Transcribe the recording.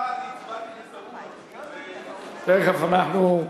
את הצעת חוק קליטת חיילים משוחררים (תיקון,